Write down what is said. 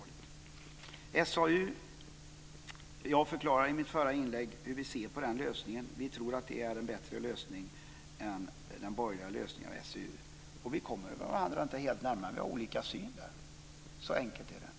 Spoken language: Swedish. När det gäller SAU förklarade jag i mitt förra inlägg hur vi ser på den här lösningen. Vi tror att det är en bättre lösning än den borgerliga lösningen beträffande SAU. Där kommer vi inte varandra närmare. Vi har olika syn där. Så enkelt är det.